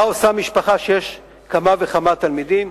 מה עושה משפחה שיש בה כמה וכמה תלמידים?